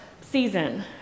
season